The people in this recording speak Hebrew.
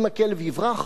אם הכלב יברח,